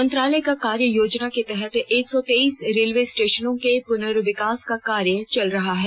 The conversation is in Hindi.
मंत्रालय की कार्य योजना के तहत एक सौ तेईस रेलवे स्टेशनों के पुनर्विकास का कार्य चल रहा है